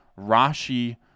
Rashi